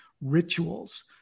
rituals